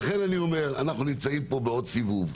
לכן אני אומר: אנחנו נמצאים פה בעוד סיבוב,